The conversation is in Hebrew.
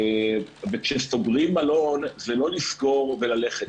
וכשסוגרים מלון זה לא לסגור וללכת,